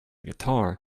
guitar